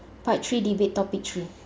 part three debate topic three